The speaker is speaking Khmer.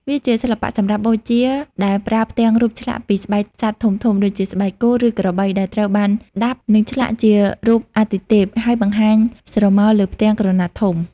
វាជាសិល្បៈសម្រាប់បូជា ដែលប្រើផ្ទាំងរូបឆ្លាក់ពីស្បែកសត្វធំៗ ដូចជាស្បែកគោ ឬក្របី ដែលត្រូវបានដាប់ និងឆ្លាក់ជារូបអាទិទេព ហើយបង្ហាញស្រមោលលើផ្ទាំងក្រណាត់ធំ។